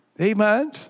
Amen